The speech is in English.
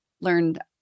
learned